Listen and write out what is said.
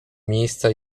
miejsca